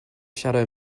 shadow